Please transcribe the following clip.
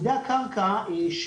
הם